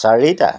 চাৰিটা